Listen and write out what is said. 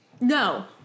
No